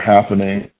happening